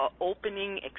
opening